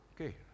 Okay